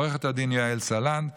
עו"ד יעל סלנט,